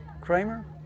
Kramer